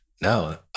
No